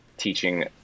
teaching